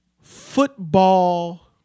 football